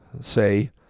say